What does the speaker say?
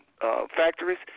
factories